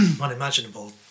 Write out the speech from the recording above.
Unimaginable